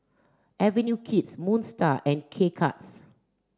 Avenue Kids Moon Star and K Cuts